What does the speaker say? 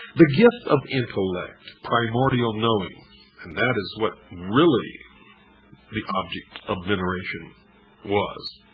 the gift of intellect, primordial knowing and that is what really the object of veneration was.